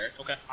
Okay